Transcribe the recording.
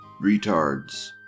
retards